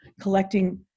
collecting